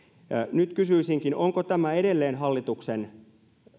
nyt kysyisinkin onko tämä edelleen hallituksen